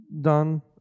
done